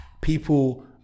people